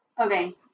Okay